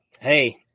hey